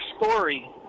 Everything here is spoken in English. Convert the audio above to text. story